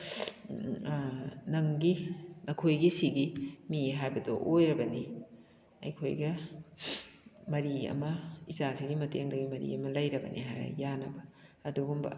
ꯅꯪꯒꯤ ꯅꯈꯣꯏꯒꯤ ꯁꯤꯒꯤ ꯃꯤ ꯍꯥꯏꯕꯗꯣ ꯑꯣꯏꯔꯕꯅꯤ ꯑꯩꯈꯣꯏꯒ ꯃꯔꯤ ꯑꯃ ꯏꯆꯥꯁꯤꯡꯒꯤ ꯃꯇꯦꯡꯗꯒꯤ ꯃꯔꯤ ꯑꯃ ꯂꯩꯔꯕꯅꯤ ꯍꯥꯏꯔ ꯌꯥꯟꯅꯕ ꯑꯗꯨꯒꯨꯝꯕ